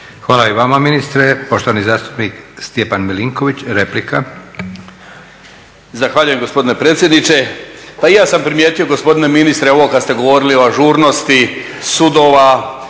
Hvala i vama ministre. Poštovani zastupnik Stjepan Milinković, replika. **Milinković, Stjepan (HDZ)** Zahvaljujem gospodine predsjedniče. Pa i ja sam primijetio gospodine ministre ovo kad ste govorili o ažurnosti sudova,